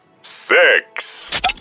Six